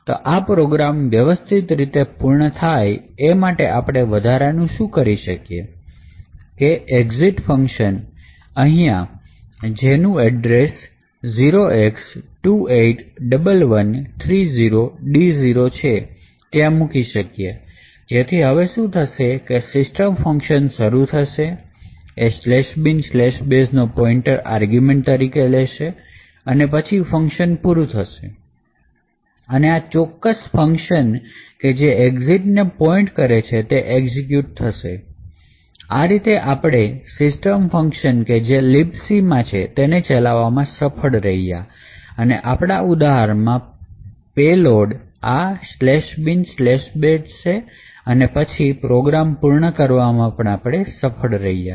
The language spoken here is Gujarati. તો આ પ્રોગ્રામ વ્યવસ્થિત રીતે પૂર્ણ થાય એ માટે આપણે વધારાનું શું કરી શકીએ કે એક્ઝિટ ફંકશન અહીંયા કે જેનું એડ્રેસ 0x281130d0 છે ત્યાં મૂકી શકીએ જેથી હવે શું થશે કે સિસ્ટમ ફંકશન સરું થશે એ binbash નોપોઇન્ટર આર્ગ્યુમેન્ટ તરીકે લેશે અને પછી ફંકશન પૂરું થશે અને આ ચોક્કસ ફંકશન કે જે એક્ઝિટ ને પોઇન્ટ કરે છે તે એક્ઝિક્યુટ થશે અને આ રીતે આપણે સિસ્ટમ ફંકશન કે જે libc મા છે તેને ચલાવવામાં સફળ રહ્યા અને આપણા ઉદાહરણમાં payload આ binbash છે અને પછી પ્રોગ્રામ પૂર્ણ કરવામાં સફળ રહ્યા